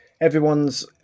Everyone's